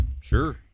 Sure